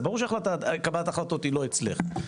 כמובן שקבלת ההחלטות היא לא אצלך,